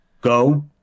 go